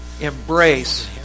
embrace